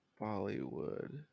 Bollywood